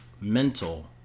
mental